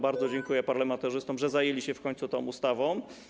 Bardzo dziękuję parlamentarzystom, że zajęli się w końcu tą ustawą.